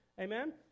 Amen